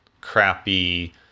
crappy